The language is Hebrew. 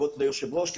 כבוד היושבת-ראש,